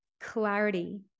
clarity